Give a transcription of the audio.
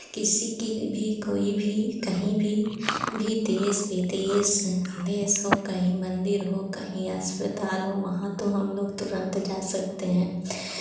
किसी की भी कोई भी कहीं भी भी देश विदेश देश हो कहीं मन्दिर हो कहीं अस्पताल हो वहाँ तो हम लोग तुरंत जा सकते हैं